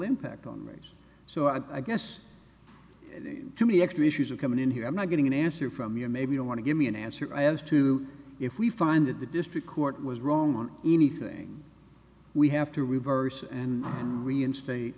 impact on race so i guess too many extra issues are coming in here i'm not getting an answer from you maybe don't want to give me an answer as to if we find that the district court was wrong or anything we have to reverse it and reinstate